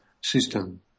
system